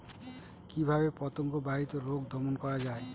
কিভাবে পতঙ্গ বাহিত রোগ দমন করা যায়?